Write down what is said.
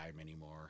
anymore